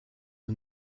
who